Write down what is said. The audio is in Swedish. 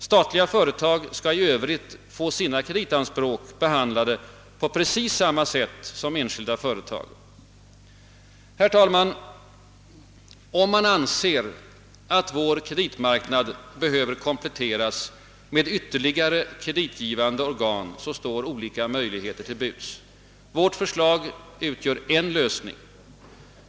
Statliga företag skall i övrigt få sina kreditanspråk behandlade på precis samma sätt som enskilda företag. Herr talman! Om man anser att vår kreditmarknad behöver kompletteras med ytterligare kreditgivande organ står olika möjligheter till buds. Vårt förslag utgör en lösning.